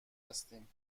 هستیم